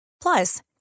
Plus